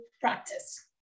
practice